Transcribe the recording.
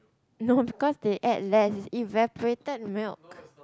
no because they add less evaporated milk